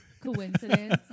coincidence